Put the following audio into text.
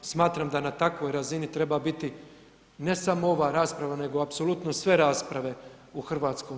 Smatram da na takvoj razini treba biti ne samo ova rasprava nego apsolutno sve rasprave u HS.